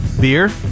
Beer